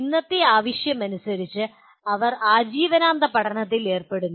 ഇന്നത്തെ ആവശ്യമനുസരിച്ച് അവർ ആജീവനാന്ത പഠനത്തിൽ ഏർപ്പെടുന്നു